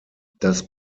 das